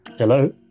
hello